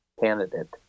candidate